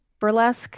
burlesque